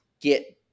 get